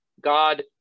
God